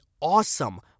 awesome